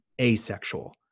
asexual